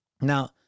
Now